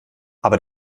aber